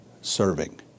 serving